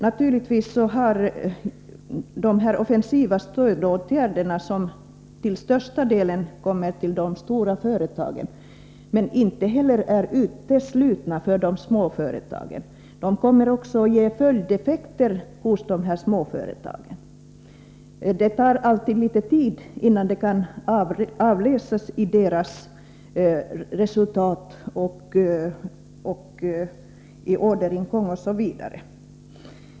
Naturligtvis ger de offensiva stödåtgärderna, som till största delen kommer de stora företagen till godo men som inte är uteslutna för de små företagen, följdeffekter hos de små företagen. Det tar alltid litet tid innan detta kan avläsas i deras resultat — i orderingång osv.